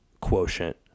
quotient